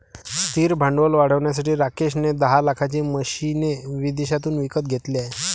स्थिर भांडवल वाढवण्यासाठी राकेश ने दहा लाखाची मशीने विदेशातून विकत घेतले आहे